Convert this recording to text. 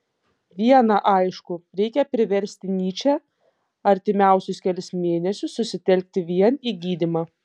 viena aišku reikia priversti nyčę artimiausius kelis mėnesius susitelkti vien į gydymą